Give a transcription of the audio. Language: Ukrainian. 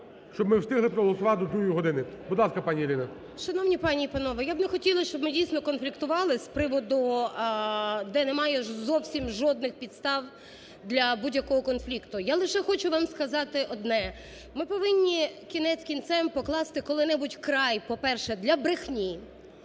щоби ми встигли проголосувати до другої години. Будь ласка, пані Ірина. 13:58:15 ПОДОЛЯК І.І. Шановні пані і панове, я б не хотіла, щоб ми дійсно конфліктували з приводу, де немає зовсім жодних підстав для будь-якого конфлікту. Я лише хочу вам сказати одне. Ми повинні, кінець кінцем, покласти коли-небудь край, по-перше, для брехні,